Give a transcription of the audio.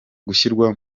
gushyirwa